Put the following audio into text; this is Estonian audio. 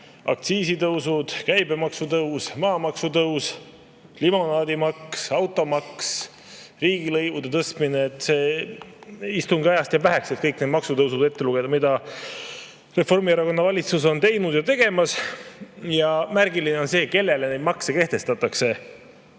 aktsiisitõusud, käibemaksu tõus, maamaksu tõus, limonaadimaks, automaks, riigilõivude tõstmine. Istungi ajast jääb väheks, et kõik need maksud ja maksutõusud ette lugeda, mida Reformierakonna valitsus on teinud ja tegemas. Märgiline on see, kellele neid makse kehtestatakse: